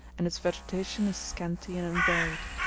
and its vegetation is scanty and unvaried.